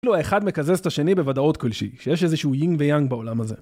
כאילו האחד מקזז את השני בוודאות כלשהי, שיש איזה שהוא יין ויאנג בעולם הזה